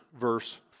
verse